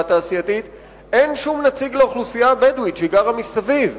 התעשייתית אין שום נציג לאוכלוסייה הבדואית שגרה מסביב.